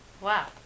Wow